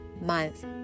month